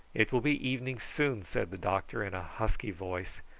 it will be evening soon, said the doctor in a husky voice,